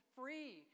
free